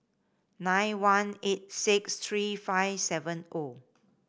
nine one eight six three five seven O